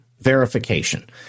verification